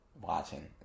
watching